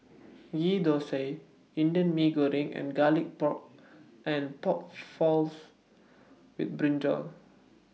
Ghee Thosai Indian Mee Goreng and Garlic Pork and Pork Floss with Brinjal